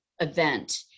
event